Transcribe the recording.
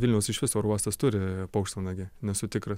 vilniaus išvis oro uostas turi paukštvanagį nesu tikras